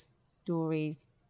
stories